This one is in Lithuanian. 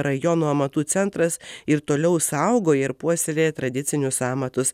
rajono amatų centras ir toliau saugo ir puoselėja tradicinius amatus